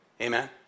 Amen